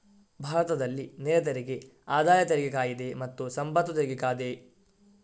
ಭಾರತದಲ್ಲಿ ನೇರ ತೆರಿಗೆ ಆದಾಯ ತೆರಿಗೆ ಕಾಯಿದೆ ಮತ್ತೆ ಸಂಪತ್ತು ತೆರಿಗೆ ಕಾಯಿದೆಯಿಂದ ನಿಯಂತ್ರಿತ ಆಗ್ತದೆ